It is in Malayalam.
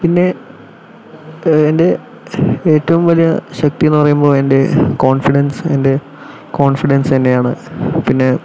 പിന്നെ എൻ്റെ ഏറ്റവും വലിയ ശക്തി എന്ന് പറയുമ്പോൾ എൻ്റെ കോൺഫിഡൻസ് എൻ്റെ കോൺഫിഡൻസ് തന്നെയാണ് പിന്നെ